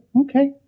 Okay